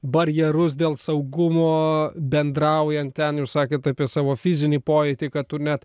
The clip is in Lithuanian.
barjerus dėl saugumo bendraujant ten jūs sakėt apie savo fizinį pojūtį kad tu net